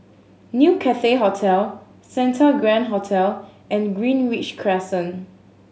New Cathay Hotel Santa Grand Hotel and Greenridge Crescent